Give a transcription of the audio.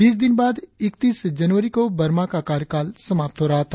बीस दिन बाद इकतीस जनवरी को वर्मा का कार्यकल समाप्त हो रहा है